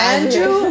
Andrew